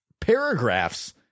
paragraphs